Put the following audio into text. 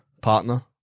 partner